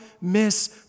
miss